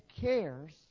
cares